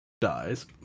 dies